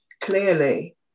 clearly